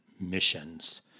missions